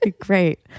Great